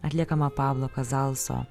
atliekamą pablo kazalso